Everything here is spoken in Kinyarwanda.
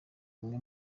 umwe